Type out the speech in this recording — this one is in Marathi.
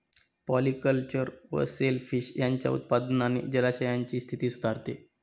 पॉलिकल्चर व सेल फिश यांच्या उत्पादनाने जलाशयांची स्थिती सुधारते